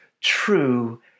true